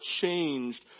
changed